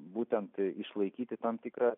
būtent išlaikyti tam tikrą